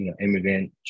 immigrant